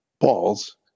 balls